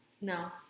No